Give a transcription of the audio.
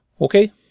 Okay